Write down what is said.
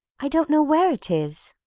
i don't know where it is.